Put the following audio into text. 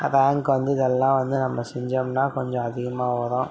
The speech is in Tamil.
ரேங்க் வந்து இதெல்லாம் வந்து நம்ம செஞ்சோம்னா கொஞ்சம் அதிகமாக வரும்